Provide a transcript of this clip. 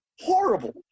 horrible